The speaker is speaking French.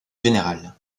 général